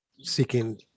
seeking